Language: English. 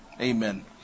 Amen